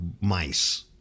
mice